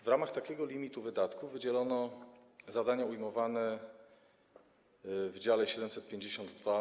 W ramach takiego limitu wydatków wydzielono na zadania ujmowane w dziale 752: